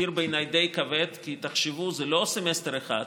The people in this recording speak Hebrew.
מחיר די כבד, בעיניי, כי תחשבו, זה לא סמסטר אחד,